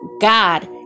God